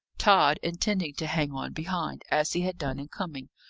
tod intending to hang on behind, as he had done in coming,